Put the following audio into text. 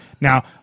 Now